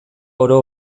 oro